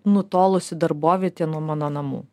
nutolusi darbovietė nuo mano namų